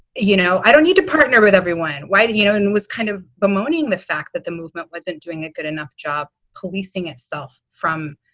you know, i don't need to partner with everyone. why do you know? it and and was kind of bemoaning the fact that the movement wasn't doing a good enough job policing itself from,